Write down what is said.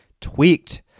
tweaked